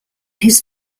his